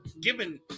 given